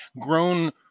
grown